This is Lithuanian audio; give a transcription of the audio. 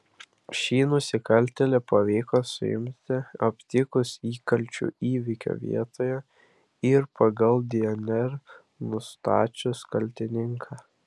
šį nusikaltėlį pavyko suimti aptikus įkalčių įvykio vietoje ir pagal dnr nustačius kaltininką